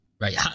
Right